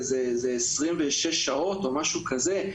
זה 26 שעות או משהו כזה.